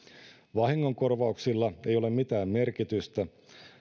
vahingonkorvauksilla ei ole mitään merkitystä